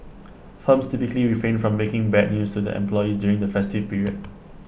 firms typically refrain from breaking bad news to their employees during the festive period